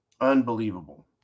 Unbelievable